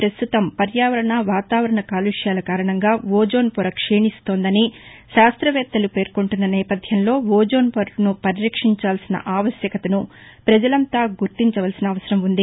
పస్తుతం పర్యాపరణ వాతావరణ కాలుష్యాల కారణంగా ఓజోన్ పొర క్షీణిస్తోందని శాస్తవేత్తలు పేర్కొంటున్న నేపధ్యంలో ఓజోన్ పొరను పరిరక్షించాల్సిన ఆవశ్యకతను ప్రపజలంతా గుర్తించవలసిన అవసరం ఉంది